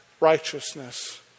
righteousness